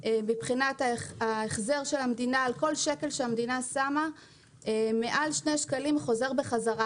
מבחינת ההחזר של המדינה על כל שקל שהמדינה שמה מעל 2 שקלים חוזרים חזרה,